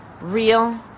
real